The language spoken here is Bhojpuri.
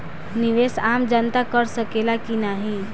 निवेस आम जनता कर सकेला की नाहीं?